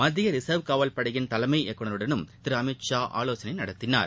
மத்திய ரிசர்வ் காவல்படையின் தலைமை இயக்குநருடனும் திரு அமித் ஷா ஆலோசனை நடத்தினார்